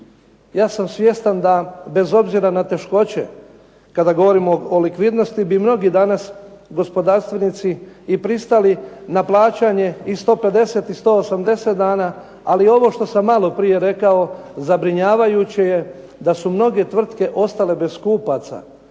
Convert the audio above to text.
Ja sam svjestan da bez obzira na teškoće kada govorimo o likvidnosti bi mnogi danas gospodarstvenici pristali na plaćanje i 150 i 180 dana. Ali ovo što sam malo prije rekao, zabrinjavajuće je da su mnoge tvrtke ostale bez kupaca.